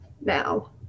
now